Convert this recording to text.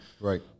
Right